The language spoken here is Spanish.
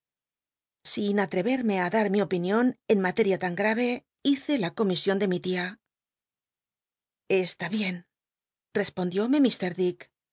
sin atc ernc i dar mi opinion en materia tan gral'c hice la comision de mi tia está bien respondiómc